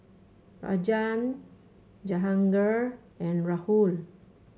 Rajan Jahangir and Rahul